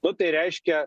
nu tai reiškia